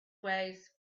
ways